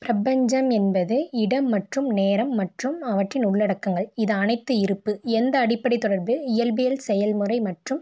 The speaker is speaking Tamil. பிரபஞ்சம் என்பது இடம் மற்றும் நேரம் மற்றும் அவற்றின் உள்ளடக்கங்கள் இது அனைத்து இருப்பு எந்த அடிப்படை தொடர்பு இயல்பியல் செயல்முறை மற்றும்